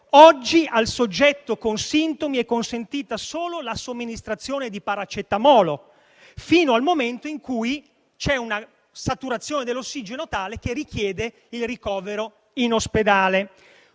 Oggi al soggetto con sintomi è consentita solo la somministrazione di paracetamolo, fino al momento in cui c'è una saturazione dell'ossigeno tale che richiede il ricovero in ospedale.